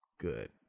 good